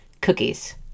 cookies